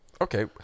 Okay